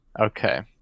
Okay